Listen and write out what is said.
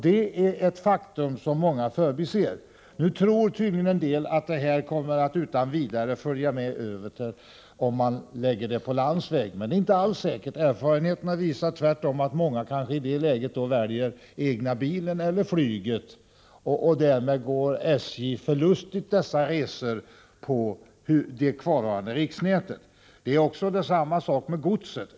Det är ett faktum som många förbiser. Nu tror tydligen en del att dessa utan vidare kommer att följa med om trafiken läggs på landsväg. Men det är inte alls säkert. Erfarenheterna visar tvärtom att många i det läget väljer egen bil eller flyget. Därmed förlorar SJ dessa resor på det kvarvarande riksnätet. Detsamma gäller godset.